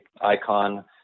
icon